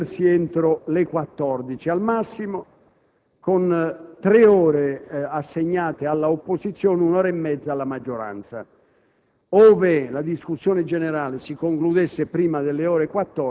sulla questione di fiducia, che dovrà concludersi entro le ore 14 al massimo, con tre ore assegnate all'opposizione e un'ora e mezza alla maggioranza.